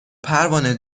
پروانه